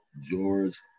George